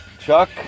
Chuck